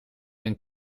een